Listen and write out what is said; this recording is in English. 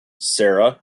sarah